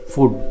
Food